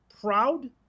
proud